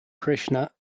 krishna